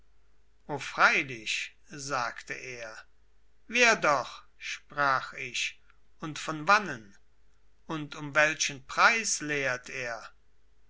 o freilich sagte er wer doch sprach ich und von wannen und um welchen preis lehrt er